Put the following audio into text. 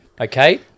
Okay